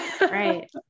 Right